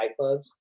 nightclubs